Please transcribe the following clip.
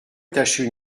attacher